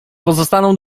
pozostaną